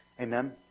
Amen